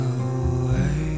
away